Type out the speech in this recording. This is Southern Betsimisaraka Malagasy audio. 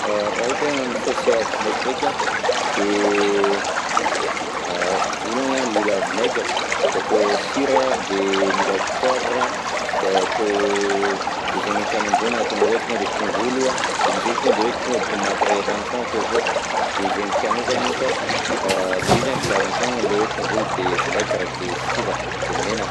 Raha ohatra hoe hagnano sauce vinaigrette an, de a izy longany an mila vinaigre, de atao sira, de mila poivre an, de atao de zegny tianao amizay na ataonao hoe tonga de tongolo an, de misy hoe tonga de hoe tonga de tômate iray rano foagna atao akao, de zegny tianao zany io fa le izy zany base ny foagna le hoe tongolo, dia vinaigre, de sira, de menaka.